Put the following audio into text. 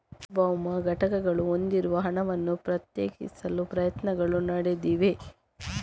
ಸಾರ್ವಭೌಮ ಘಟಕಗಳು ಹೊಂದಿರುವ ಹಣವನ್ನು ಪ್ರತ್ಯೇಕಿಸಲು ಪ್ರಯತ್ನಗಳು ನಡೆದಿವೆ